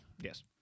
Yes